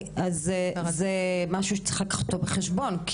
משהו שצריך לקחת בחשבון,